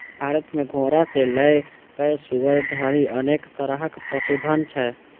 भारत मे घोड़ा सं लए कए सुअर धरि अनेक तरहक पशुधन छै